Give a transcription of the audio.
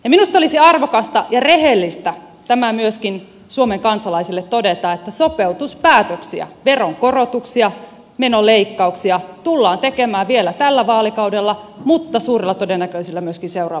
minusta olisi arvokasta ja rehellistä tämä myöskin suomen kansalaisille todeta että sopeutuspäätöksiä veronkorotuksia menoleikkauksia tullaan tekemään vielä tällä vaalikaudella mutta suurella todennäköisyydellä myöskin seuraavalla vaalikaudella